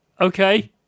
Okay